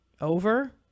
over